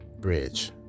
bridge